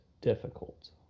difficult